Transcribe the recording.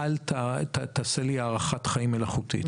"אל תעשה לי הארכת חיים מלאכותית".